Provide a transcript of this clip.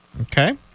Okay